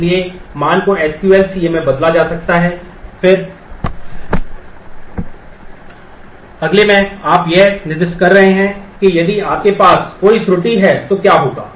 इसलिए मान को SQLCA में बदला जा सकता है फिर अगले में आप यह निर्दिष्ट कर रहे हैं कि यदि आपके पास कोई त्रुटि है तो क्या होगा